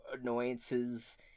annoyances